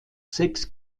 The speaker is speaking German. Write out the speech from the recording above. sechs